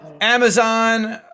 Amazon